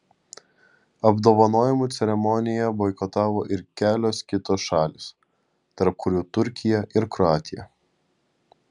apdovanojimų ceremoniją boikotavo ir kelios kitos šalys tarp kurių turkija ir kroatija